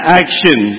action